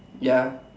ya